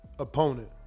opponent